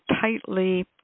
tightly